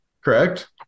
correct